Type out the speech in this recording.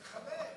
זה חמישה.